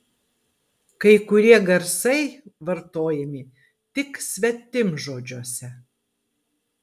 kai kurie garsai vartojami tik svetimžodžiuose